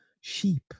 sheep